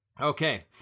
Okay